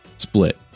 Split